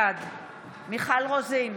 בעד מיכל רוזין,